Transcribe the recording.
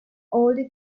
older